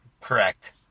Correct